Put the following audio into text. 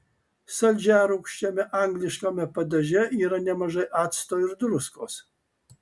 saldžiarūgščiame angliškame padaže yra nemažai acto ir druskos